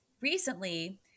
recently